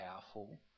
powerful